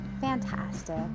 fantastic